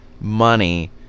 money